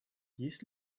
есть